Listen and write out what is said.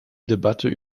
debatte